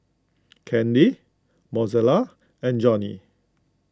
Candy Mozella and Johny